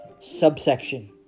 subsection